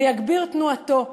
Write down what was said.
ויגביר תנועתו,